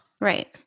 Right